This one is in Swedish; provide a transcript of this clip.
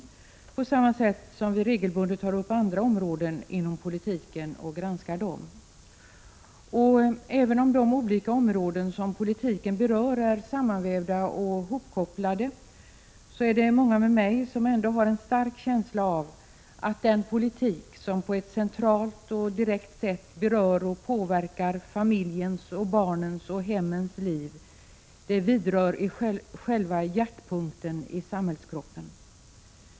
Vi tar på samma sätt regelbundet upp andra områden inom politiken och granskar dem. Även om de olika områden som politiken berör är sammanvävda och hopkopplade, är det många med mig som ändå har en stark känsla av att den politik som på ett centralt och direkt sätt berör och påverkar familjens, barnens och hemmens liv vidrör själva hjärtpunkten i samhällskroppen.